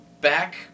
back